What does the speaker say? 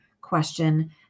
question